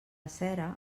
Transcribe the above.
cera